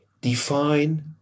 Define